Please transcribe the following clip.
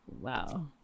wow